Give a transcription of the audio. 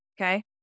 okay